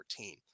14